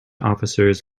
officers